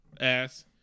ass